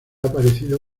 aparecido